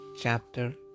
chapter